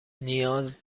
نیاز